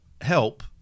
help